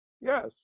Yes